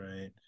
right